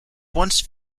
once